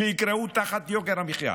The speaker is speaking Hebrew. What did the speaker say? שייקרעו תחת יוקר המחיה.